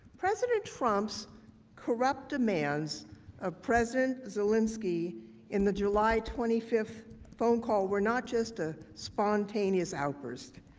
president trump's corrupt demands of president zelensky in the july twenty five phone call were not just a spontaneous outburst.